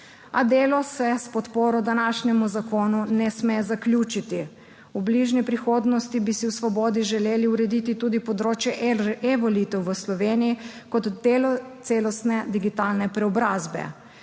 A delo se s podporo današnjemu zakonu ne sme zaključiti. V bližnji prihodnosti bi si v Svobodi želeli urediti tudi področje e-volitev v Sloveniji kot del celostne digitalne preobrazbe.